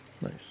Nice